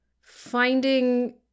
finding